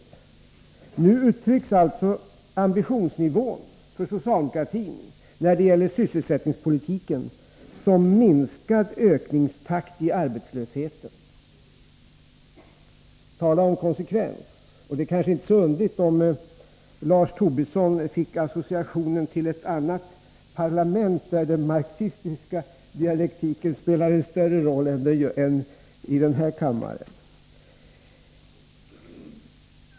Nu uttrycks alltså ambitionsnivån för socialdemokratin när det gäller sysselsättningen som minskad ökningstakt i arbetslösheten. Tala om konsekvens! Det är kanske inte så underligt att Lars Tobisson fick associationen till ett annat parlament, där den marxistiska dialektiken spelar en större roll än i den här kammaren.